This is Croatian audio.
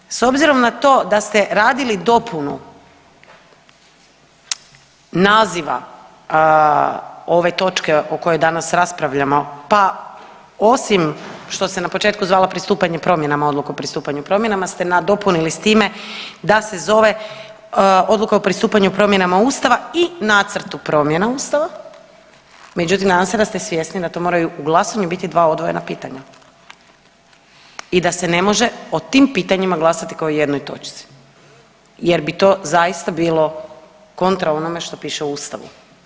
Očekujemo s obzirom na to da ste radili dopunu naziva ove točke o kojoj danas raspravljamo pa osim što se na početku zvala pristupanje promjenama odluku o pristupanju promjenama ste nadopunili time da se zove Odluka o pristupanju promjena Ustava i nacrtu promjena Ustava, međutim nadam se da ste svjesni da to moraju u glasanju biti dva odvojena pitanja i da se ne može o tim pitanjima glasati kao o jednoj točci jer bi to zaista bilo kontra onome što piše u Ustavu.